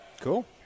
Cool